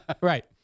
right